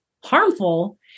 harmful